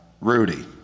Rudy